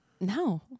No